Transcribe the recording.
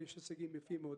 ויש הישגים יפים מאד.